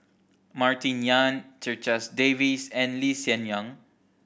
Martin Yan Checha Davies and Lee Hsien Yang